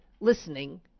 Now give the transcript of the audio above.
listening